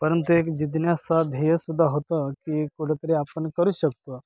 परंतु एक जिज्ञासा ध्येयसुद्धा होतं की कुठेतरी आपण करू शकतो